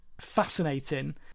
fascinating